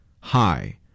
Hi